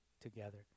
together